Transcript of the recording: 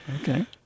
Okay